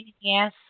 Yes